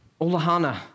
Olahana